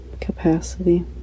capacity